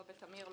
לא בטמיר,